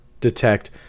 detect